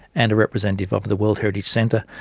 and a representative of the world heritage centre,